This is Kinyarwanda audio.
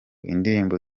indirimbo